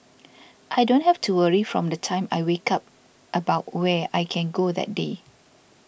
I don't have to worry from the time I wake up about where I can go that day